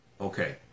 Okay